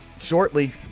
Shortly